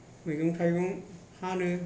मैगं थाइगं फानो